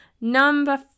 Number